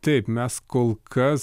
taip mes kol kas